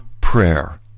prayer